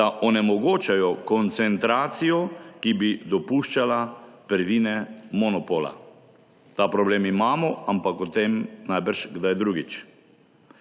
da onemogočajo koncentracijo, ki bi dopuščala prvine monopola. Ta problem imamo, ampak o tem najbrž kdaj drugič.